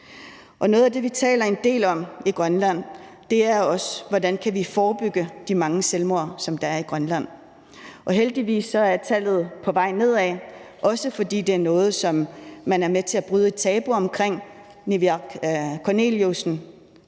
Noget af det, vi taler en del om i Grønland, er også, hvordan vi kan forebygge de mange selvmord, som der er i Grønland. Heldigvis er tallet på vej nedad, også fordi det er noget, som man er med til at bryde tabuet om. Forfatteren Niviaq Korneliussen,